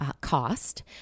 cost